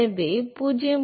எனவே 0